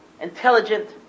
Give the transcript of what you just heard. intelligent